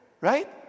Right